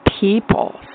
people